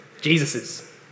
Jesus's